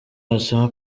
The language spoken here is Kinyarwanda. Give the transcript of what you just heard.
wasoma